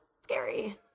scary